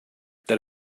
that